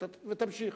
ותמשיך.